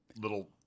little